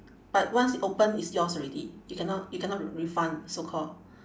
but once it open it's yours already you cannot you cannot re~ refund so called